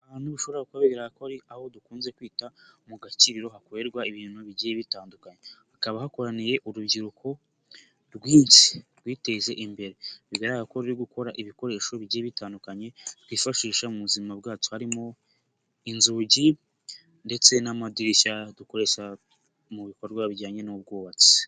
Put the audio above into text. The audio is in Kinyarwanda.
Ahantu ushobora kuba ko ari aho dukunze kwita mu gaciro hakorerwa ibintu bigiye bitandukanye. Hakaba hakoraniye urubyiruko rwinshi rwiteje imbere, bigaragara ko ruri gukora ibikoresho bitandukanye twifashisha mu buzima bwacu, harimo inzugi ndetse n'amadirishya dukoresha mu bikorwa bijyanye n'ubwubatsi.